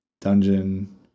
Dungeon